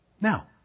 Now